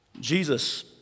Jesus